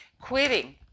quitting